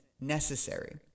necessary